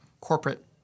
corporate